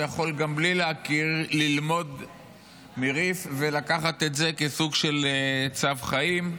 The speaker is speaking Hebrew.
יכול גם בלי להכיר ללמוד מריף ולקחת את זה כסוג של צו חיים.